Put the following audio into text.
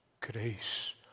grace